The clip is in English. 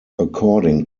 according